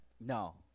No